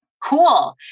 Cool